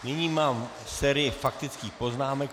Nyní mám sérii faktických poznámek.